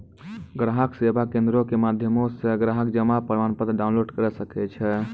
ग्राहक सेवा केंद्रो के माध्यमो से ग्राहक जमा प्रमाणपत्र डाउनलोड करे सकै छै